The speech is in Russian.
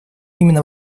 именно